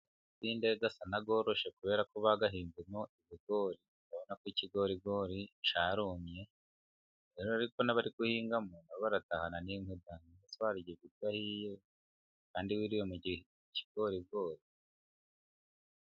Aya masinde asa n'ayoroshye kubera ko bayahinzemo ibigori, urabona ko ikigorigori cyarumye, rero ariko n'abari guhingamo baratahana inkwi da none se warya ibidahiyekandi wiriwe mu ikigorigori.